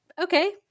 okay